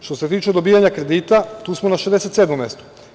Što se tiče dobijanja kredita tu smo na 67 mestu.